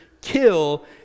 kill